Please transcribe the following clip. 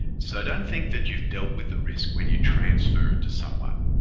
so don't think that you've dealt with the risk when you transfer it to someone.